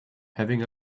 having